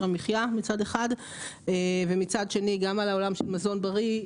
המחייה מצד אחד ומצד שני גם על העולם של מזון בריא,